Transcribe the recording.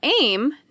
aim